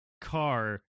car